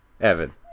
evan